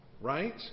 Right